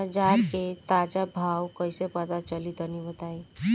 बाजार के ताजा भाव कैसे पता चली तनी बताई?